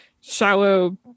shallow